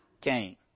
came